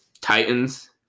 Titans